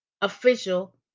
official